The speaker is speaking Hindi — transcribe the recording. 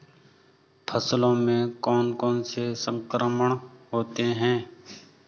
फसलों में कौन कौन से संक्रमण होते हैं?